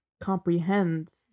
comprehend